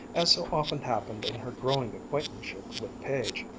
as so often happened in her growing acquaintanceship with page,